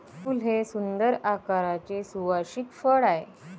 फूल हे सुंदर आकाराचे सुवासिक फळ आहे